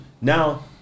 now